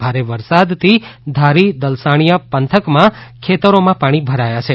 ભારે વરસાદથી ધારી દલસાણીયા પંથકમાં ખેતરીમાં પાણી ભરાઇ ગયા છે